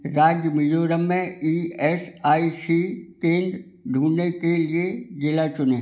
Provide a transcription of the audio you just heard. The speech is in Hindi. राज्य मिजोरम में ई एस आई सी केंद्र ढूंढने के लिए ज़िला चुनें